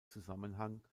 zusammenhang